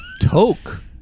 Toke